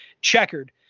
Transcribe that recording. checkered